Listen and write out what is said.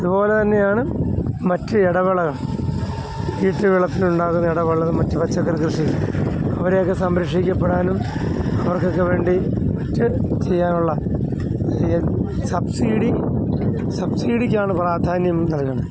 അതുപോലെ തന്നെ ആണ് മറ്റു ഇടവിളകൾ ഈറ്റ് വിളക്കിലുണ്ടാകുന്ന ഇടവിളകൾ മറ്റു പച്ചക്കറി കൃഷി അവരെ ഒക്കെ സംരക്ഷിക്കപ്പെടാനും അവർകൊക്കെ വേണ്ടി മറ്റു ചെയ്യാനുള്ള സബ്സിഡി സബ്സിഡിക്കാണ് പ്രാധാന്യം നൽകേണ്ടത്